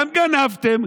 גם גנבתם,